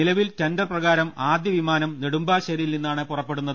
നിലവിൽ ടെൻഡർ പ്രകാരം ആദ്യവിമാനം നെടുമ്പാശ്ശേരിയിൽ നിന്നാണ് പുറപ്പെടുന്നത്